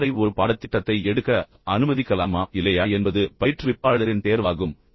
மாணவரை ஒரு பாடத்திட்டத்தை எடுக்க அனுமதிக்கலாமா இல்லையா என்பது பயிற்றுவிப்பாளரின் தேர்வாகும்